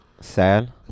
Sad